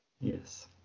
Yes